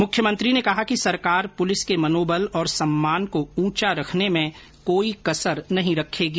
मुख्यमंत्री ने कहा कि सरकार पुलिस के मनोबल और सम्मान को ऊंचा रखने में कोई कसर नहीं रखेगी